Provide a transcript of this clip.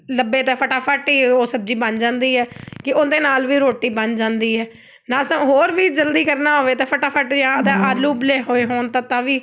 ਲੱਭੇ ਤਾਂ ਫਟਾਫਟ ਹੀ ਉਹ ਸਬਜ਼ੀ ਬਣ ਜਾਂਦੀ ਹੈ ਕਿ ਉਹਦੇ ਨਾਲ ਵੀ ਰੋਟੀ ਬਣ ਜਾਂਦੀ ਹੈ ਨਾਲ ਤਾਂ ਹੋਰ ਵੀ ਜਲਦੀ ਕਰਨਾ ਹੋਵੇ ਤਾਂ ਫਟਾਫਟ ਜਾਂ ਤਾਂ ਆਲੂ ਉਬਲੇ ਹੋਏ ਹੋਣ ਤਾਂ ਤਾਂ ਵੀ